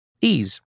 Ease